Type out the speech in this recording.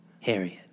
Harriet